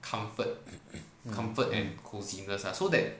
mm